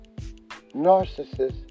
narcissist